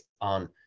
on